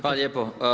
Hvala lijepo.